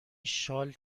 شال